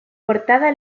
portada